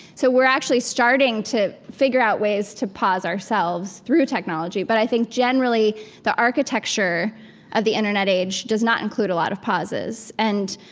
so we're actually starting to figure out ways to pause ourselves through technology. but i think generally the architecture of the internet age does not include a lot of pauses. and,